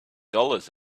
dollars